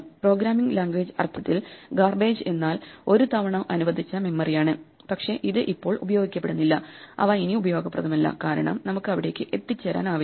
programming language അർത്ഥത്തിൽ garbage എന്നാൽ ഒരു തവണ അനുവദിച്ച മെമ്മറിയാണ് പക്ഷേ ഇത് ഇപ്പോൾ ഉപയോഗിക്കപ്പെടുന്നില്ല അവ ഇനി ഉപയോഗപ്രദമല്ല കാരണം നമുക്ക് അവിടേക്ക് എത്തിച്ചേരാനാവില്ല